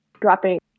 dropping